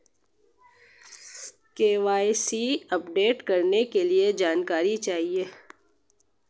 KYC update करने के लिए क्या जानकारी चाहिए?